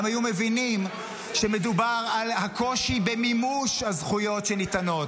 הם היו מבינים שמדובר על הקושי במימוש הזכויות שניתנות.